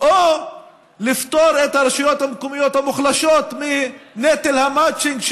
או לפטור את הרשויות המקומיות המוחלשות מנטל המצ'ינג,